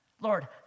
Lord